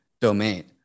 domain